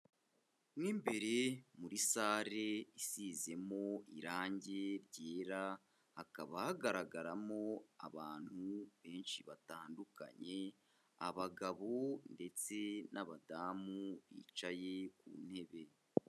Mo imbere muri sale isizemo irange ryera, hakaba hagaragaramo abantu benshi batandukanye abagabo ndetse n'abadamu bicaye ku ntebe.